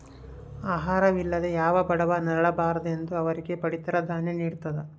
ಆಹಾರ ವಿಲ್ಲದೆ ಯಾವ ಬಡವ ನರಳ ಬಾರದೆಂದು ಅವರಿಗೆ ಪಡಿತರ ದಾನ್ಯ ನಿಡ್ತದ